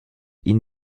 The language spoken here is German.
ihn